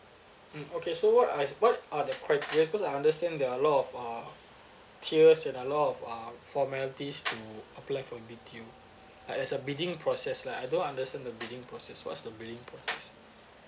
mm okay so what is what are the criteria cause I understand there are a lot of uh tiers and a lot of um formalities to apply for in B_T_O ah as a bidding process lah I don't understand the bidding process what's the bidding process